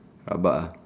rabak ah